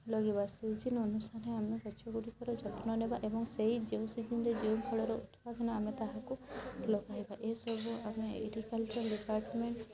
ଲଗାଇବା ସିଜିନ୍ ଅନୁସାରେ ଆମେ ଗଛ ଗୁଡ଼ିକ ର ଯତ୍ନ ନବା ଏବଂ ସେହି ଯେଉଁ ସିଜିନ୍ ରେ ଯେଉଁ ଫଳର ଉତ୍ପାଦନ ଆମେ ତାହାକୁ ଲଗାଇବା ଏସବୁ ଆମେ ଏଗ୍ରିକଲଚର୍ ଡିପାଣ୍ଟମେଣ୍ଟ୍